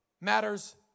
matters